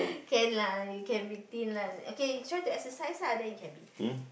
can lah you can be thin lah okay try to exercise lah then you can be thin